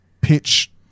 pitch